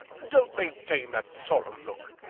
don't maintain that solemn look,